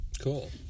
Cool